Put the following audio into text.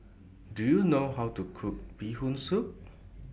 Do YOU know How to Cook Bee Hoon Soup